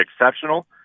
exceptional